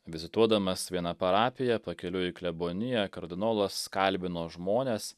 vizituodamas vieną parapiją pakeliui į kleboniją kardinolas kalbino žmones